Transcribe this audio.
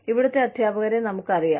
ഇവിടുത്തെ അധ്യാപകരെ നമുക്കറിയാം